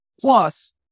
Plus